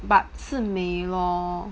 but 美 lor